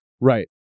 Right